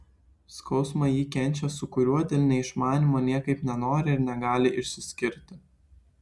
skausmą ji kenčia su kuriuo dėl neišmanymo niekaip nenori ir negali išsiskirti